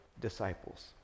disciples